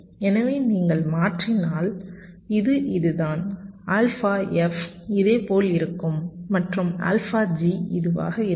எனவே நீங்கள் மாற்றினால் இது இதுதான் ஆல்பா F இதேபோல் இருக்கும் மற்றும் ஆல்பா G இதுவாக இருக்கும்